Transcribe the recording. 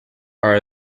are